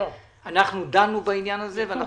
אנחנו דנו בעניין הזה.